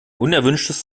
unerwünschtes